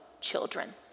children